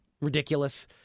ridiculous